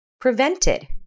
prevented